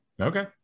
Okay